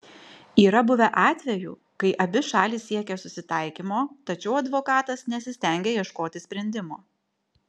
yra buvę atvejų kai abi šalys siekė susitaikymo tačiau advokatas nesistengė ieškoti sprendimo